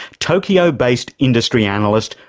tokyo-based industry analyst,